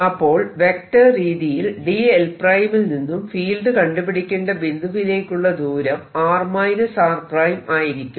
അപ്പോൾ വെക്റ്റർ രീതിയിൽ dl′ ൽ നിന്നും ഫീൽഡ് കണ്ടുപിടിക്കേണ്ട ബിന്ദുവിലേക്കുള്ള ദൂരം r r′ ആയിരിക്കും